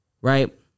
Right